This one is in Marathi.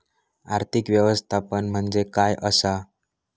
आर्थिक व्यवस्थापन म्हणजे काय असा?